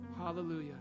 Hallelujah